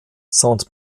sainte